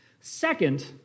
Second